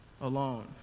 alone